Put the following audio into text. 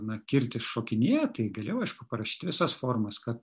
na kirtis šokinėja tai galėjau aišku parašyti visas formas kad